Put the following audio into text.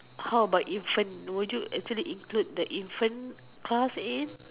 how about infant would you actually include the infant class in